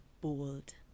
bold